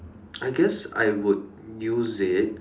I guess I would use it